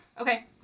Okay